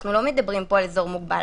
אנחנו לא מדברים פה על אזור מוגבל,